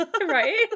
Right